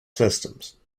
systems